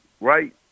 right